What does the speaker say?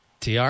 TR